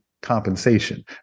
Compensation